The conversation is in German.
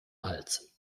hals